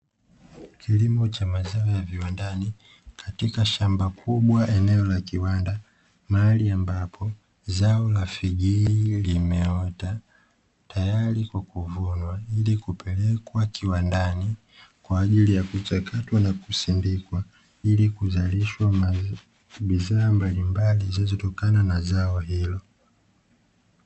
Kilimo cha mazao ya viwandani katika shamba kubwa eneo la kiwanda, mahali ambapo zao la figiri limeota tayari kwa kuvunwa ili kupelekwa kiwandani kwa ajili yakuchakatwa na kusindikwa, ili kuzalishwa bidhaa mbalimbali zinazotokana na zao hilo.